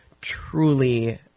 truly